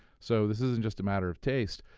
so this isn't just a matter of taste.